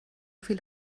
viel